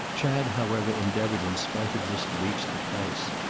chad however endeavoured in spite of this to reach the place.